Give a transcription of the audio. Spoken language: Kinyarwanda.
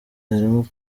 harimo